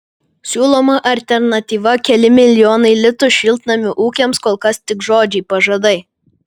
o siūloma alternatyva keli milijonai litų šiltnamių ūkiams kol kas tik žodžiai pažadai